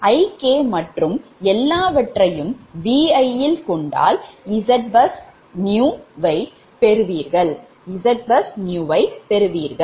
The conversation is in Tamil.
Ik மற்றும் எல்லாவற்றையும் Vi யில் கொண்டால் ZBUSNEW வை பெறுவீர்கள்